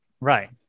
Right